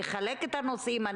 אחלק את הנושאים,